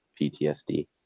PTSD